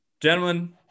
Gentlemen